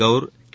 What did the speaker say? Kaur K